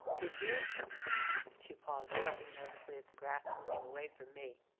did you she paused, plucking nervously at the grass, and looking away from me.